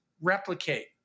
replicate